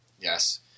yes